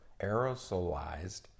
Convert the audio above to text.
aerosolized